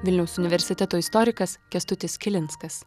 vilniaus universiteto istorikas kęstutis kilinskas